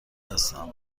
هستم